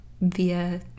via